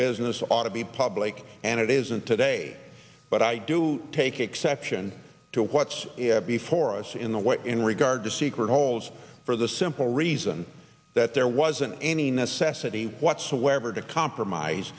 business ought to be public and it isn't today but i do take exception to what's before us in the way in regard to secret holds for the simple reason that there wasn't any necessity whatsoever to compromise